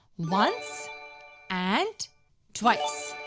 once and twice.